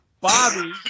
Bobby